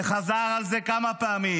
וחזר על זה כמה פעמים.